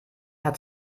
hat